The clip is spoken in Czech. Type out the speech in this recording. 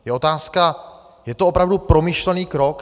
Je otázka je to opravdu promyšlený krok?